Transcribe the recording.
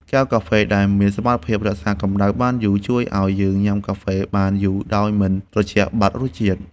កែវកាហ្វេ ដែលមានសមត្ថភាពរក្សាកម្ដៅបានយូរ ជួយឱ្យយើងញ៉ាំកាហ្វេបានយូរដោយមិនត្រជាក់បាត់រសជាតិ។